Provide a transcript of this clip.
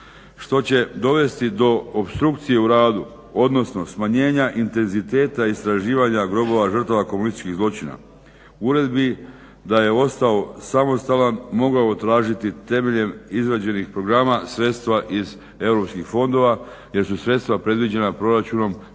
što će dovesti do opstrukcije u radu, odnosno smanjenja intenziteta istraživanja grobova žrtava komunističkih zločina. Ured bi da je ostao samostalan mogao tražiti temeljem izrađenih programa sredstava iz europskih fondova jer su sredstva predviđena proračunom nedostatna